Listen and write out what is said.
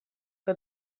que